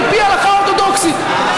התופעה הזאת צריכה להיעקר מהשורש.